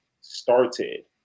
started